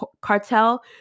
cartel